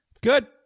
Good